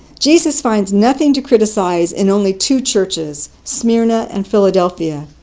jesus finds nothing to criticize in only two churches, smyrna and philadelphia.